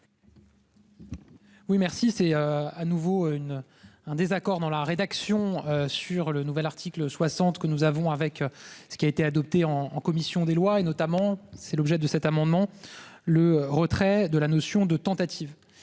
Oui merci c'est à nouveau une un désaccord dans la rédaction sur le nouvel article 60 que nous avons avec ce qui a été adopté en en commission des lois et notamment c'est l'objet de cet amendement, le retrait de la notion de tentative,